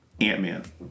Ant-Man